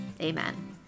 Amen